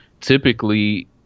typically